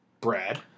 Brad